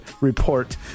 report